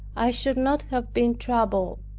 i should not have been troubled.